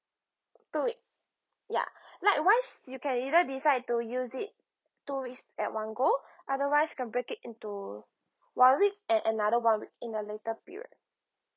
two weeks ya likewise you can either decide to use it two weeks at one go otherwise can break it into one week and another one week in a later period